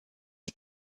are